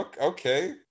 okay